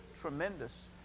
tremendous